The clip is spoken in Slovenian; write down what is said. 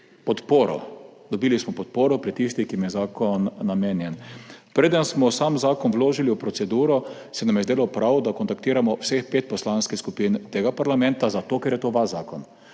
zakona. Dobili smo podporo pri tistih, ki jim je zakon namenjen. Preden smo sam zakon vložili v proceduro, se nam je zdelo prav, da kontaktiramo vseh pet poslanskih skupin tega parlamenta, zato ker je to vaš zakon.